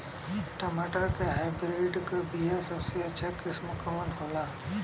टमाटर के हाइब्रिड क बीया सबसे अच्छा किस्म कवन होला?